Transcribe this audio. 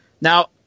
Now